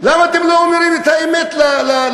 למה אתם לא אומרים את האמת לעם?